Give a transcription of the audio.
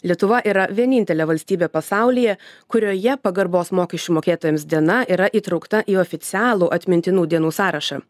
lietuva yra vienintelė valstybė pasaulyje kurioje pagarbos mokesčių mokėtojams diena yra įtraukta į oficialų atmintinų dienų sąrašą